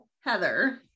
Heather